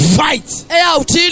fight